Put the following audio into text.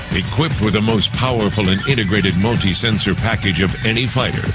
equipped with the most powerful and integrated multi-sensor package of any fighter,